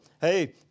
hey